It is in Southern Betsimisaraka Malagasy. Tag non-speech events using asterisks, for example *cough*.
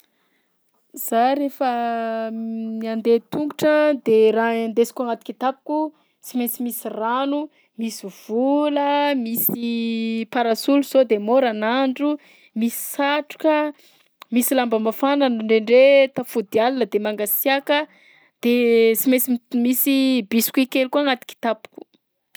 Za rehefa *hesitation* andeha tombotra de raha andesiko agnaty kitapoko: tsy maintsy misy rano, misy vola, misy parasoly sao de môrana andro, misy satroka, misy lamba mafana ndraindray tafody alina de mangasiaka, de sy mainsy m- misy biscuits kely koa agnaty kitapoko.